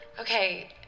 Okay